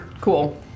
Cool